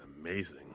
amazing